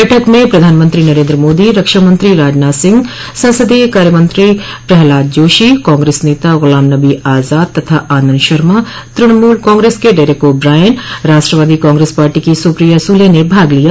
बैठक में प्रधानमंत्री नरेन्द्र मोदी रक्षामंत्री राजनाथ सिंह संसदीय कार्यमंत्री प्रहलाद जोशी कांग्रेस नेता गुलाम नबी आजाद तथा आनन्द शर्मा तृणमूल काग्रेस के Derek O'Brien Rashtrawadi Congress party की सुप्रिया सुले ने भाग लिया